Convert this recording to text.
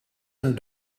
and